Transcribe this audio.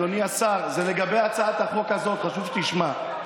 אדוני השר, זה לגבי הצעת החוק הזאת, חשוב שתשמע.